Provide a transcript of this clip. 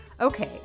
okay